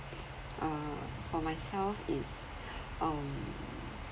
err for myself it's um